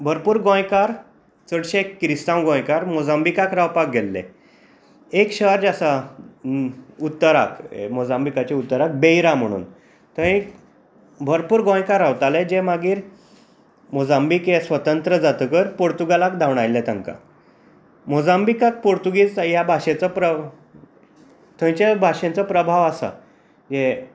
भरपूर गोंयकार चडशे किरिस्तांव गोंयकार मोजांबिकाक रावपाक गेल्ले एक शहर जे आसा मो उत्तराक मोजांबिकाचे उत्तराक बेहरा म्हणून थंय भरपूर गोंयकार रावताले जे मागीर मोजांबिक हे स्वतंत्र जातगर पुर्तुगालाक धांवडायले तांकां मोजांबिकाक पुर्तुगीज ह्या भाशेचो प्र थंयचा भाशेचो प्रभाव आसा हे